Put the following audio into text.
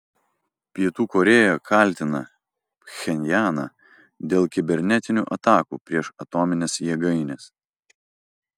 pietų korėja kaltina pchenjaną dėl kibernetinių atakų prieš atomines jėgaines